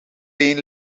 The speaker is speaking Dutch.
één